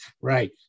Right